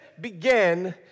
began